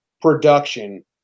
production